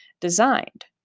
designed